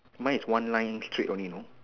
my is one line straight one you know